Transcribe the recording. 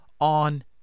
On